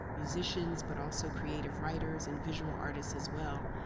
musicians but also creative writers and visual artists as well.